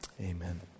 Amen